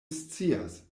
scias